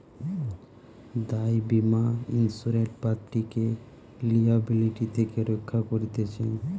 দায় বীমা ইন্সুরেড পার্টিকে লিয়াবিলিটি থেকে রক্ষা করতিছে